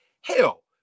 hell